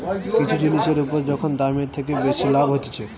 কিছু জিনিসের উপর যখন দামের থেকে বেশি লাভ হতিছে